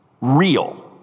real